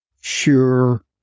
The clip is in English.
sure